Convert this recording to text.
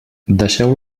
deixeu